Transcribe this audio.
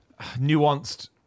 nuanced